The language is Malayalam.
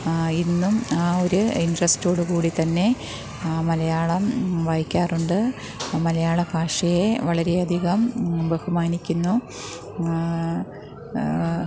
ഇന്നും ആ ഒരു ഇന്ട്രെസ്റ്റോടു കൂടി തന്നെ മലയാളം വായിക്കാറുണ്ട് മലയാള ഭാഷയെ വളരെയധികം ബഹുമാനിക്കുന്നു